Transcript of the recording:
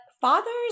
fathers